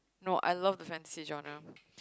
no I love the fantasy genre